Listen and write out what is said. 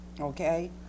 okay